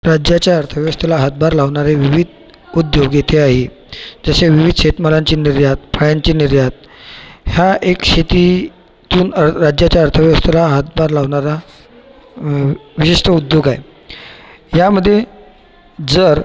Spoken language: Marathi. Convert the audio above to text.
राज्याच्या अर्थव्यवस्थेला हातभार लावणारे विविध उद्योग येथे आहे जशी विविध शेतमालांची निर्यात फळांची निर्यात हा एक शेतीतून र राज्याच्या अर्थव्यवस्थेला हातभार लावणारा बेस्ट उद्योग आहे यामध्ये जर